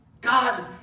God